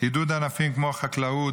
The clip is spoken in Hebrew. עידוד ענפים כמו חקלאות,